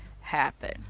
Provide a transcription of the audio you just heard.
happen